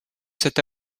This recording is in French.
cet